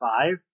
five